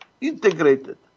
integrated